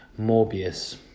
Morbius